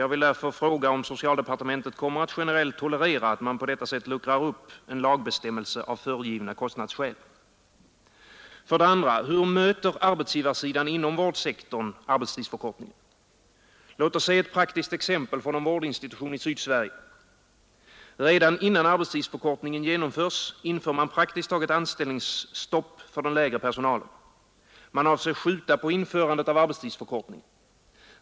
Jag vill därför fråga om socialdepartementet kommer att generellt tolerera att man på detta sätt luckrar upp en lagbestämmelse, med åberopande av föregivna kostnadsskäl, För det andra: Hur möter arbetsgivarsidan inom vårdsektorn arbetstidsförkortningen? Vi kan ta ett praktiskt exempel från en vårdinstitution i Sydsverige. Redan innan arbetstidsförkortningen genomförts vidtar man praktiskt taget anställningsstopp för den lägre personalen, och man avser att skjuta på förverkligandet av arbetstidsförkortningen.